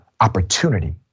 opportunity